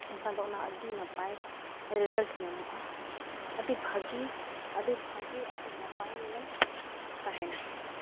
ᱮᱱᱠᱷᱟᱱ ᱫᱚ ᱚᱱᱟ ᱟᱹᱰᱤ ᱱᱟᱯᱟᱭ ᱨᱮᱡᱟᱞᱴ ᱧᱟᱢᱚᱜᱼᱟ ᱟᱹᱰᱤ ᱵᱷᱟᱜᱮ ᱟᱹᱰᱤ ᱵᱷᱟᱜᱮ ᱟᱹᱰᱤ ᱱᱟᱯᱟᱭᱮᱢ ᱛᱟᱦᱮᱱᱟ